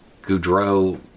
Goudreau